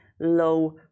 low